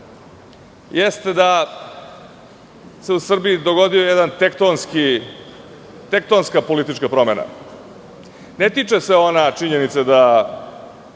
jeste da se u Srbiji dogodila jedna tektonska politička promena. Ne tiče se ona činjenice da